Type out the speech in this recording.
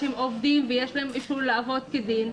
שהם עובדים ויש להם אישור לעבוד כדין,